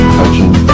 touching